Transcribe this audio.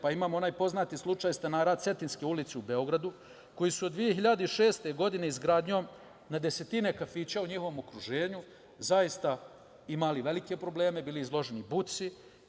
Pa, imamo onaj poznati slučaj stanara Cetinjske ulice u Beogradu, koji su od 2006. godine izgradnjom na desetine kafića u njihovom okruženju zaista imali velike probleme, bili izloženi buci.